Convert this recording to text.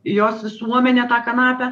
jos visuomenė tą kanapę